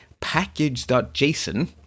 package.json